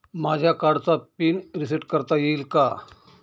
माझ्या कार्डचा PIN reset करता येईल का?